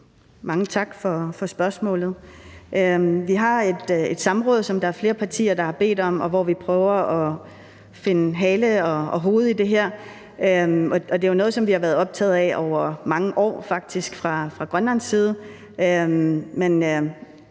Mange tak for spørgsmålet. Vi skal have et samråd, som flere partier har bedt om, hvor vi skal prøve at finde hoved og hale i det her. Det er jo noget, vi fra Grønlands side